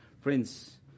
Friends